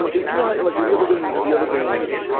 you you know how like, have you ever been, have you ever been,